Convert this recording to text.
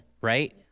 right